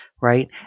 right